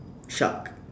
shark